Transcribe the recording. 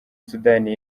sudani